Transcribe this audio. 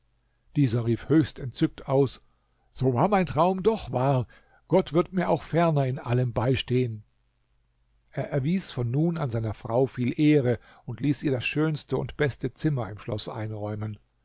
dieser rief höchst entzückt aus so war mein traum doch wahr gott wird mir auch ferner in allem beistehen er erwies von nun an seiner frau viele ehre und ließ ihr das schönste und beste zimmer im schloß einräumen